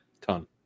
ton